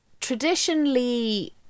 traditionally